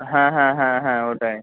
হ্যাঁ হ্যাঁ হ্যাঁ হ্যাঁ ওটাই